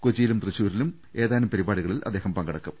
കൊച്ചിയിലും തൃശ്ശൂരിലും ഏതാനും പരി പാടികളിൽ അദ്ദേഹം പങ്കെടുക്കും